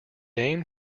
aimed